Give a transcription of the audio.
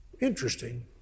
Interesting